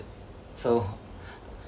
so